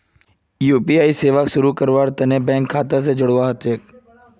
UPI सेवा शुरू करवार तने बैंक खाता स जोड़वा ह छेक